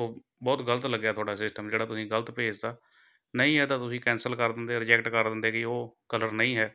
ਉਹ ਬਹੁਤ ਗ਼ਲਤ ਲੱਗਿਆ ਤੁਹਾਡਾ ਸਿਸਟਮ ਜਿਹੜਾ ਤੁਸੀਂ ਗ਼ਲਤ ਭੇਜਤਾ ਨਹੀਂ ਹੈ ਤਾਂ ਤੁਸੀਂ ਕੈਂਸਲ ਕਰ ਦਿੰਦੇ ਰਿਜੈਕਟ ਕਰ ਦਿੰਦੇ ਕਿ ਉਹ ਕਲਰ ਨਹੀਂ ਹੈ